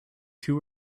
two